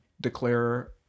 declare